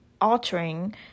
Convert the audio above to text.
altering